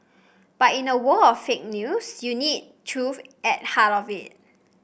but in a world of fake news you need truth at heart of it